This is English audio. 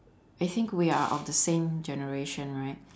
I think we are of the same generation right